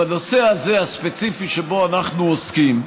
בנושא הספציפי שבו אנחנו עוסקים,